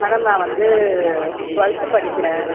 madam நான் வந்து twelfth படிக்கிறேன்